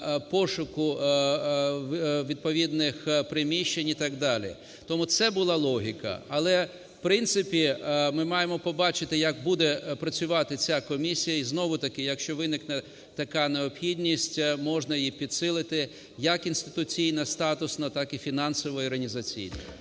пошуку відповідних приміщень і так далі. Тому це була логіка. Але, в принципі, ми маємо побачити, як буде працювати ця комісія. І знову таки, якщо виникне така необхідність, можна її підсилити як інституційно, статусно, так і фінансово, і організаційно.